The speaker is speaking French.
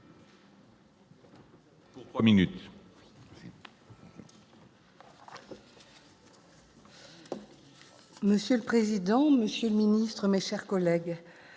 monsieur le président, Monsieur le Ministre, mes chers collègues,